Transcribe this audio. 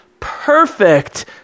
perfect